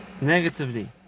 Negatively